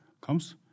comes